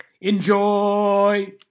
enjoy